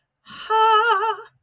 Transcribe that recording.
Ha